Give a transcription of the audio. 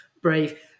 brave